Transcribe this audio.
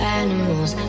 animals